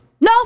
No